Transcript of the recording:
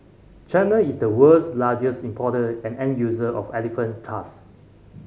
China is the world's largest importer and end user of elephant tusk